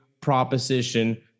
proposition